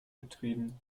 betrieben